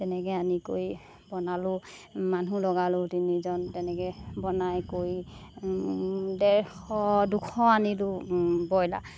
তেনেকৈ আনি কৰি বনালোঁ মানুহ লগালোঁ তিনিজন তেনেকৈ বনাই কৰি ডেৰশ দুশ আনিলোঁ ব্ৰইলাৰ